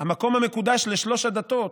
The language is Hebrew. המקום המקודש לשלוש הדתות,